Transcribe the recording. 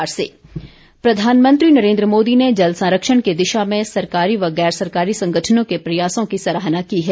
मन की बात प्रधानमंत्री नरेन्द्र मोदी ने जल संरक्षण की दिशा में सरकारी व गैर सरकारी संगठनों के प्रयासों की सराहना की है